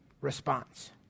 response